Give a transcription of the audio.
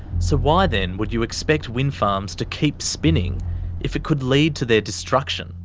so why then would you expect wind farms to keep spinning if it could lead to their destruction?